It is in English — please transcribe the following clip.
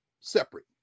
Separate